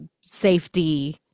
safety